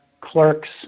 clerks